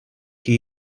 chi